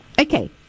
Okay